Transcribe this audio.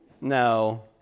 no